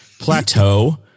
plateau